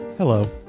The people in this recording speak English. Hello